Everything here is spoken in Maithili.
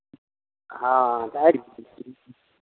हँ तऽ